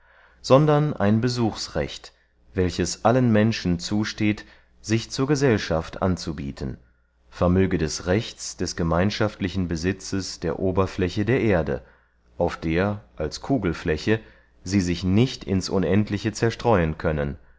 sondern ein besuchsrecht welches allen menschen zusteht sich zur gesellschaft anzubieten vermöge des rechts des gemeinschaftlichen besitzes der oberfläche der erde auf der als kugelfläche sie sich nicht ins unendliche zerstreuen können